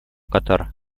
катар